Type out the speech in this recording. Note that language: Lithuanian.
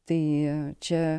tai čia